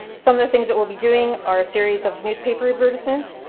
some of the things that we'll be doing are a series of newspaper advertisements,